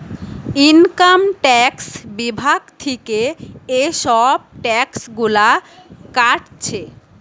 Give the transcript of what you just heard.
income tax বিভাগ থিকে এসব ট্যাক্স গুলা কাটছে